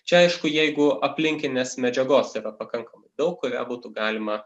čia aišku jeigu aplinkinės medžiagos yra pakankamai daug kurią būtų galima